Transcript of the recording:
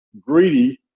greedy